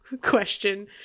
question